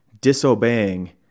disobeying